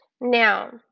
Now